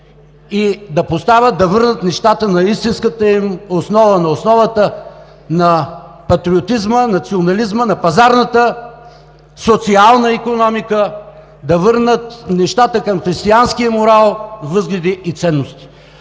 и да поставят, да върнат нещата на истинската им основа, на основата на патриотизма, национализма, на пазарната социална икономика, да върнат нещата към християнския морал, възгледи и ценности.